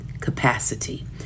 capacity